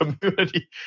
community